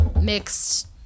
mixed